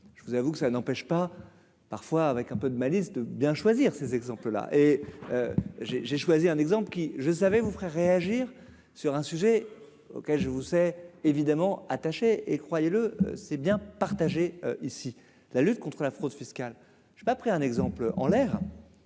je vous avoue que ça n'empêche pas. Parfois avec un peu de malice, de bien choisir ces exemples là et j'ai, j'ai choisi un exemple qui je savais vous ferai réagir sur un sujet auquel je vous sais évidemment attachés et croyez-le c'est bien partagé, et si la lutte contre la fraude fiscale je ai pas pris un exemple en l'air,